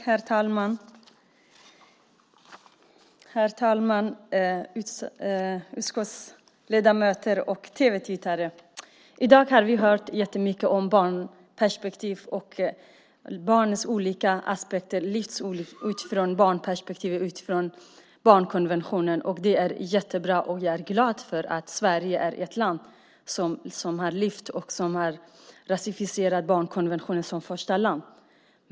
Herr talman, utskottsledamöter och tv-tittare! I dag har vi hört jättemycket om barnens olika aspekter, utifrån barnperspektiv och utifrån barnkonventionen. Det är jättebra. Jag är glad för att Sverige är ett land som har ratificerat barnkonventionen som första land.